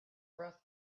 rough